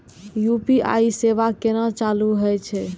UPI सेवा केना चालू है छै?